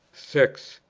six.